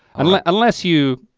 unless unless you